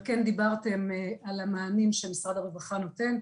אבל כן דיברתם על המענים שמשרד הרווחה נותן.